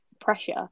pressure